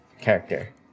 character